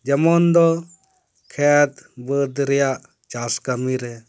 ᱡᱮᱢᱚᱱ ᱫᱚ ᱠᱷᱮᱛ ᱵᱟᱹᱫᱽ ᱨᱮᱭᱟᱜ ᱪᱟᱥ ᱠᱟᱹᱢᱤ ᱨᱮ